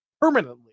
permanently